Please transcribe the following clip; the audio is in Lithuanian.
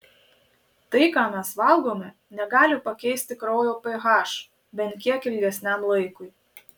tai ką mes valgome negali pakeisti kraujo ph bent kiek ilgesniam laikui